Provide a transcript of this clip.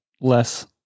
less